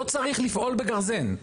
לא צריך לפעול בגרזן.